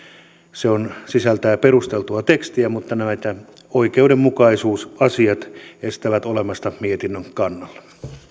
se sisältää perusteltua tekstiä mutta nämä oikeudenmukaisuusasiat estävät olemasta mietinnön kannalla